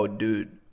dude